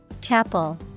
Chapel